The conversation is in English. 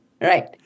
Right